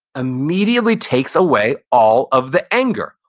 immediately takes away all of the anger.